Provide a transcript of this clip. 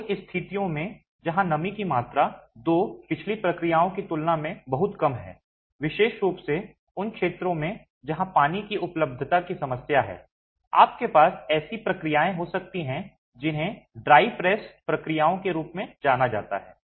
उन स्थितियों में जहां नमी की मात्रा दो पिछली प्रक्रियाओं की तुलना में बहुत कम है विशेष रूप से उन क्षेत्रों में जहां पानी की उपलब्धता की समस्या है आपके पास ऐसी प्रक्रियाएं हो सकती हैं जिन्हें ड्राई प्रेस प्रक्रियाओं के रूप में जाना जाता है